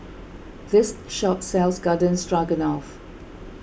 this shop sells Garden Stroganoff